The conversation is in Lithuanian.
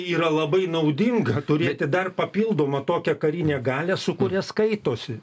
yra labai naudinga turėti dar papildomą tokią karinę galią su kuria skaitosi